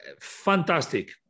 fantastic